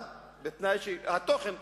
אבל בתנאי שהתוכן,